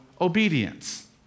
obedience